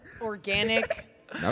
organic